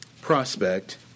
prospect